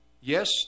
yes